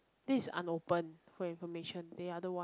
this is unopened for your information the other one